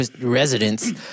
residents